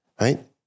right